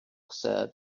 said